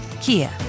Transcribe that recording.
Kia